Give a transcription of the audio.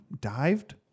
dived